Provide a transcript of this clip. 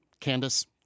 Candice